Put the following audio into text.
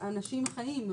אנשים חיים,